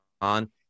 on